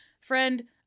Friend